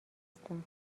هستن